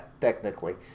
technically